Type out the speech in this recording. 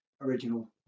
original